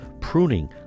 pruning